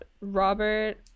Robert